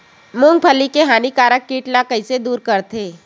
मूंगफली के हानिकारक कीट ला कइसे दूर करथे?